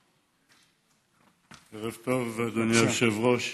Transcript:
ערב טוב, אדוני היושב-ראש.